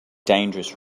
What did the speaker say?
dangerous